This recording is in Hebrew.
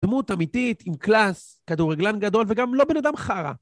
דמות אמיתית עם קלאס, כדורגלן גדול וגם לא בן אדם חרא.